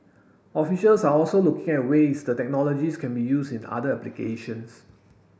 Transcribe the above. officials are also looking at ways the technologies can be used in other applications